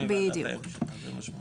בסדר.